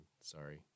sorry